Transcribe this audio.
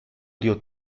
dio